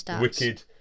wicked